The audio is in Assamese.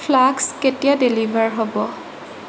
ফ্লাস্ক কেতিয়া ডেলিভাৰ হ'ব